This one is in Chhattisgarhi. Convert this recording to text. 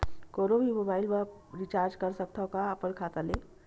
कोनो भी मोबाइल मा रिचार्ज कर सकथव का अपन खाता ले?